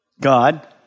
God